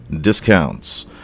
discounts